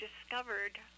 discovered